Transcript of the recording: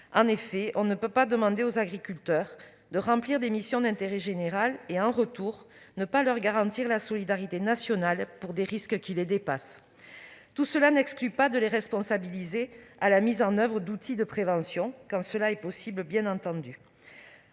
En effet, on ne peut pas demander aux agriculteurs de remplir des missions d'intérêt général sans, en retour, leur garantir la solidarité nationale pour des risques qui les dépassent ... Tout cela n'exclut pas de les responsabiliser à la mise en oeuvre d'outils de prévention quand c'est possible, bien entendu.